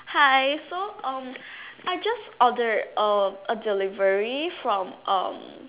hi so um I just ordered uh a delivery from um